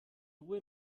ruhe